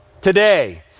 today